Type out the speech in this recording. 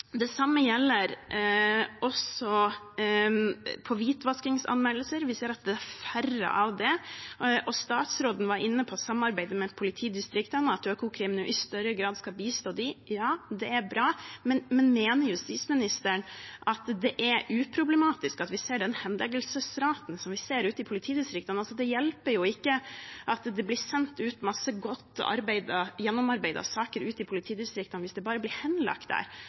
Det samme gjelder hvitvaskingsanmeldelser; vi ser at det er færre av dem. Og statsråden var inne på samarbeidet med politidistriktene, og at Økokrim nå i større grad skal bistå dem. Ja, det er bra, men mener justisministeren at den henleggelsesraten vi ser ute i politidistriktene, er uproblematisk? Det hjelper ikke at det blir sendt mange godt gjennomarbeidede saker ut i politidistriktene hvis de bare blir henlagt der.